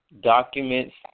Documents